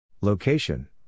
Location